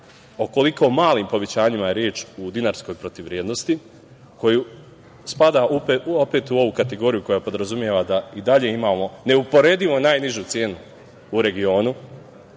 koliko malim povećanjima je reč u dinarskoj protivvrednosti koja spada u ovu kategoriju koja podrazumeva da i dalje imamo neuporedivo najnižu cenu u regionu